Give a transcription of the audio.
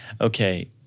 okay